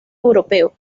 europeo